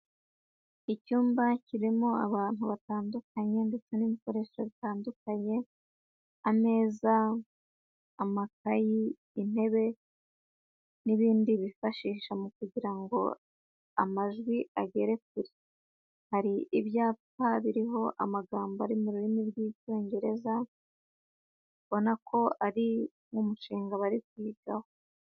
Icyumba kirimo abantu batandukanye ndetse n'ibikoresho bitandukanye, ameza, amakayi, intebe n'ibindi bifashisha mu kugira ngo amajwi agere kure, hari ibyapa biriho amagambo ari mu rurimi rw'Icyongereza, ubona ko ari umushinga bari kuyitaho.